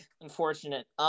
Unfortunate